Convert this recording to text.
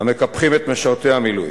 המקפחים את משרתי המילואים.